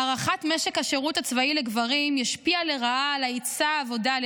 הארכת משך השירות הצבאי לגברים תשפיע לרעה על היצע העבודה על